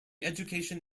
education